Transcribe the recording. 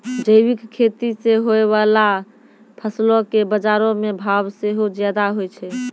जैविक खेती से होय बाला फसलो के बजारो मे भाव सेहो ज्यादा होय छै